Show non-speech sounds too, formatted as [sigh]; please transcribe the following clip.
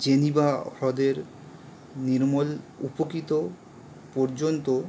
Geneva হ্রদের নির্মল [unintelligible] পর্যন্ত